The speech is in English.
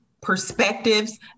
perspectives